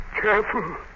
Careful